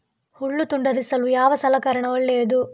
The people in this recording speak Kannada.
ಹುಲ್ಲು ತುಂಡರಿಸಲು ಯಾವ ಸಲಕರಣ ಒಳ್ಳೆಯದು?